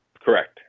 Correct